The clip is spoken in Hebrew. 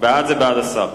זה בעד השר.